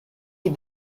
die